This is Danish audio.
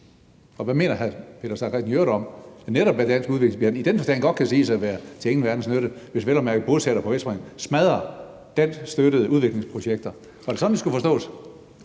Og hvad mener hr. Peter Seier Christensen i øvrigt om, at netop dansk udviklingsbistand i den forstand godt kan siges at være til ingen verdens nytte, hvis vel at mærke bosættere på Vestbredden smadrer danskstøttede udviklingsprojekter? Var det sådan, det skulle forstås?